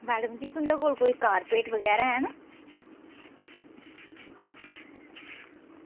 madam ji तुंदे कोल कोई कॉरपेट बगैरा हैन